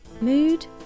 Mood